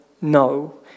no